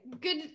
good